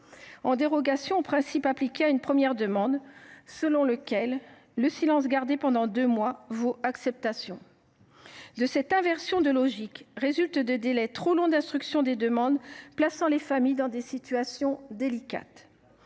par dérogation au principe appliqué à une première demande, selon lequel le silence gardé pendant deux mois vaut acceptation. De cette inversion de logique résultent des délais trop longs d’instruction des demandes, plaçant les familles dans des situations délicates.